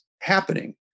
happening